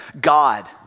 God